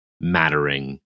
mattering